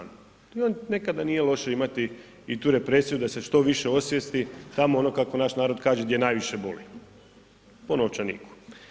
Nekada nije loše imati i tu represiju da se što više osvijesti tamo ono kako naš narod kaže gdje najviše boli, po novčaniku.